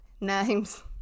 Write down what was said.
Names